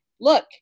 Look